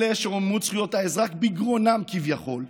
אלה שרוממות זכויות האזרח בגרונם, כביכול,